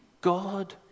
God